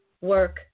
work